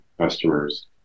customers